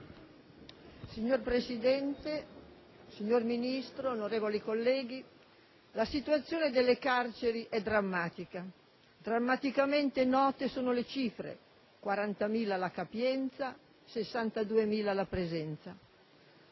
Signor Presidente, signor Ministro, onorevoli colleghi, la situazione delle carceri è drammatica; drammaticamente note sono le cifre: 40.000 la capienza, 62.000 la presenza.